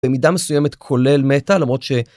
במידה מסוימת כולל מטא למרות ש..